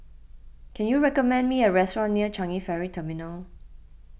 can you recommend me a restaurant near Changi Ferry Terminal